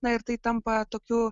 na ir tai tampa tokiu